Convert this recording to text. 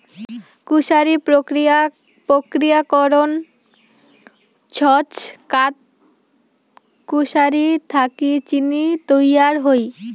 কুশারি প্রক্রিয়াকরণ ছচকাত কুশারি থাকি চিনি তৈয়ার হই